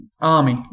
army